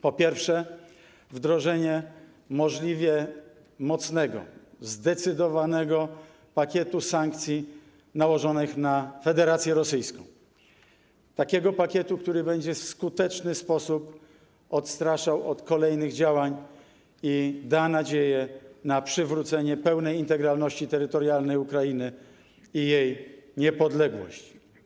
Po pierwsze, wdrożenie możliwie mocnego, zdecydowanego pakietu sankcji nałożonych na Federację Rosyjską, takiego pakietu, który będzie w skuteczny sposób odstraszał od kolejnych działań i da nadzieję na przywrócenie pełnej integralności terytorialnej Ukrainy i jej niepodległość.